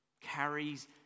carries